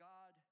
God